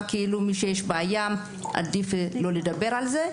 כאילו למי שיש בעיה עדיף לא לדבר על זה.